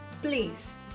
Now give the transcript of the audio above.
Please